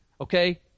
okay